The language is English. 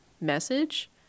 message